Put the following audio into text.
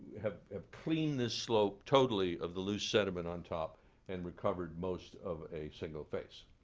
have have cleaned this slope totally of the loose sediment on top and recovered most of a single face.